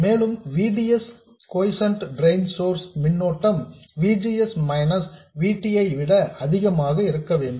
மேலும் V D S quiescent drain source மின்னோட்டம் V G S minus V T ஐ விட அதிகமாக இருக்க வேண்டும்